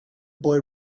boy